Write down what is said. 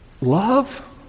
love